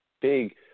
big